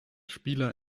spieler